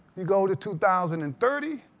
you go to two thousand and thirty.